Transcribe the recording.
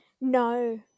No